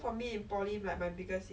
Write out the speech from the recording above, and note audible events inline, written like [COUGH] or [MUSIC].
it was more of err [NOISE]